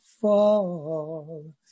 fall